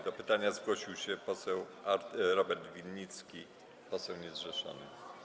Do pytania zgłosił się poseł Robert Winnicki, poseł niezrzeszony.